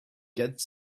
gets